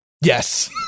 yes